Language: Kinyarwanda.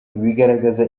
bigaragaza